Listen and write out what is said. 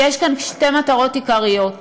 יש כאן שתי מטרות עיקריות: